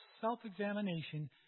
self-examination